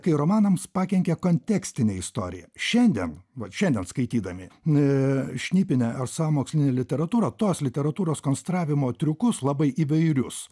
kai romanams pakenkia kontekstinė istorija šiandien vat šiandien skaitydami šnipinę ar sąmokslinę literatūrą tos literatūros konstravimo triukus labai įvairius